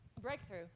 Breakthrough